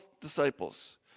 disciples